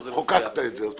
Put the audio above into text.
חוקקת את זה.